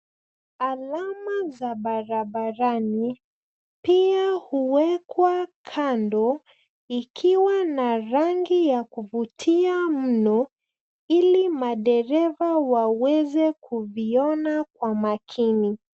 Alama za barabarani pia huwekwa kando ikiwa na rangi ya kuvutia mno ili madereva waweze kuviona kwa makini.